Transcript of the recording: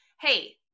Hey